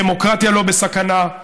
הדמוקרטיה לא בסכנה,